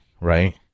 right